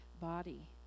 body